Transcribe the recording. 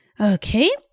Okay